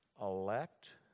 Elect